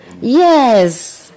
yes